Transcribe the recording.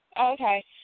Okay